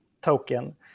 token